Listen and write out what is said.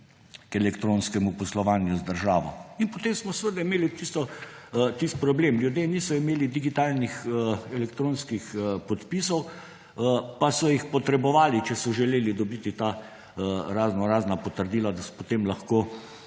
k elektronskemu poslovanju z državo. In potem smo seveda imeli tisti problem. Ljudje niso imeli digitalnih elektronskih podpisov, pa so jih potrebovali, če so želeli dobiti raznorazna potrdila, da so potem lahko